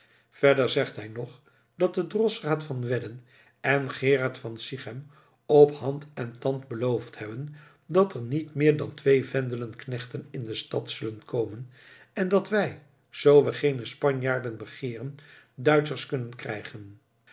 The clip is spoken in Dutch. verder zegt hij nog dat de drossaard van wedden en gerard van sighem op hand en tand beloofd hebben dat er niet meer dan twee vendelen knechten in de stad zullen komen en dat wij zoo we geene spanjaarden begeeren duitschers kunnen krijgen